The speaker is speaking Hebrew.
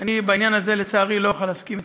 בעניין הזה, לצערי, אני לא אוכל להסכים אתך.